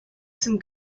some